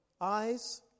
eyes